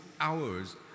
hours